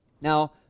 Now